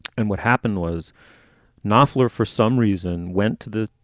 and what happened was knopfler for some reason went to the